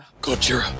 Godzilla